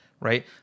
right